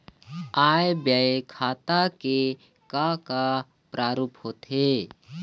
आय व्यय खाता के का का प्रारूप होथे?